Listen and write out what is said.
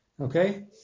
okay